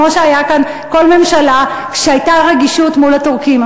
כמו שהיה כאן בכל ממשלה כשהייתה רגישות מול הטורקים.